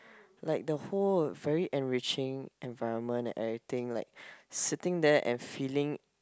like the whole very enriching environment and everything like sitting there and feeling